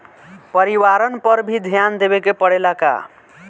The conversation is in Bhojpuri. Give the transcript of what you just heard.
परिवारन पर भी ध्यान देवे के परेला का?